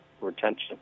retention